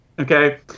Okay